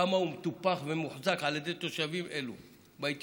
כמה הוא מטופח ומוחזק על ידי תושבים אלו בהתיישבות,